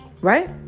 Right